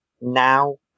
now